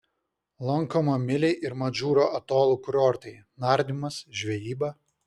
lankoma mili ir madžūro atolų kurortai nardymas žvejyba